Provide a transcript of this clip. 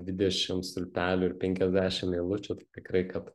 dvidešim stulpelių ir penkiasdešim eilučių tikrai kad